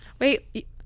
Wait